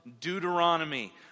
Deuteronomy